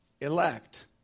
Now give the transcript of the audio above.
elect